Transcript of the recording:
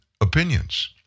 opinions